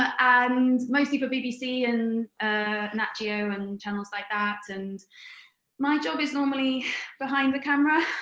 and mostly for bbc and nat geo and channels like that. and my job is normally behind the camera.